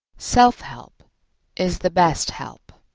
self-help is the best help.